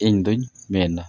ᱤᱧᱫᱩᱧ ᱢᱮᱱᱟ